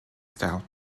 style